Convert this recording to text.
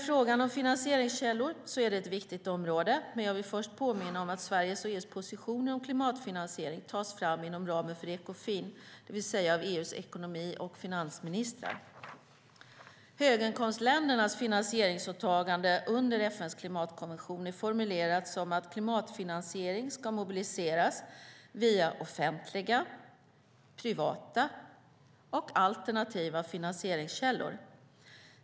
Finansieringskällor är ett viktigt område, men jag vill först påminna om att Sveriges och EU:s positioner om klimatfinansiering tas fram inom ramen för Ekofin, det vill säga av EU:s ekonomi och finansministrar. Höginkomstländernas finansieringsåtagande under FN:s klimatkonvention är formulerat så att klimatfinansiering ska mobiliseras via offentliga, privata och alternativa finansieringskällor.